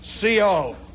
CO